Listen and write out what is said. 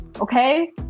okay